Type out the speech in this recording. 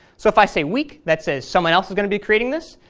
so if i say weak, that says someone else is going to be creating this.